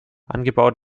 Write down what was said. angebaut